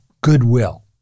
goodwill